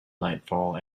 nightfall